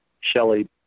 Shelly